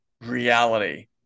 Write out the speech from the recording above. reality